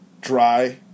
dry